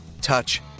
touch